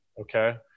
Okay